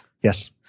yes